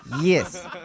Yes